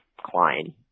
Klein